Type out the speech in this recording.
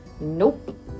Nope